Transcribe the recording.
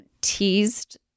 teased